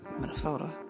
Minnesota